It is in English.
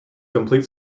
complete